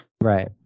Right